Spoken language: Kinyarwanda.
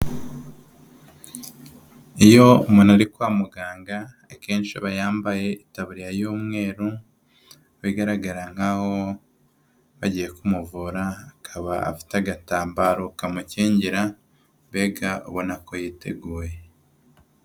Iyo umuntu ari kwa muganga, akenshi aba yambaye itaburiya y'umweru, bigaragara nk'aho bagiye kumuvura, akaba afite agatambaro kamukingira, mbega ubona ko yiteguye.